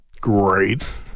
Great